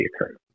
occurred